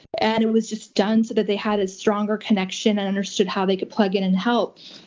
and it was just done so that they had a stronger connection and understood how they could plug in and help.